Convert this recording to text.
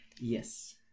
Yes